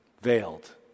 veiled